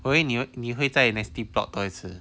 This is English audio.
我以为你会在 nasty plot 多一次